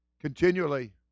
continually